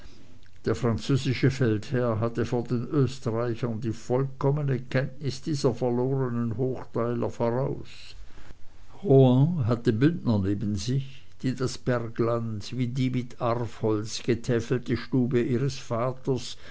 der französische feldherr hatte vor den österreichern die vollkommene kenntnis dieser verlorenen hochtäler voraus rohan hatte bündner neben sich die das bergland wie die mit arvholz getäfelte stube ihres vaters